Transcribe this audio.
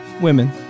women